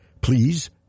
Please